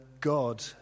God